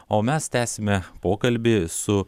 o mes tęsime pokalbį su